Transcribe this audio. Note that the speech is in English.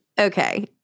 Okay